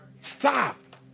Stop